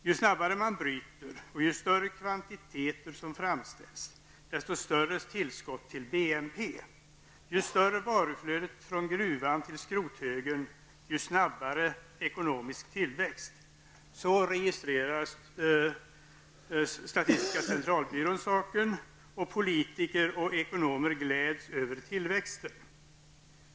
Ju snabbare man bryter och ju större kvantiteter som framställs, desto större blir tillskottet till BNP. Ju större varuflödet blir från gruvan till skrothögen, desto snabbare blir den ekonomiska tillväxten. Så registrerar SCB saken, och politiker och ekonomer gläds över tillväxten.